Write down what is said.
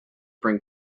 bring